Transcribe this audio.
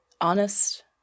honest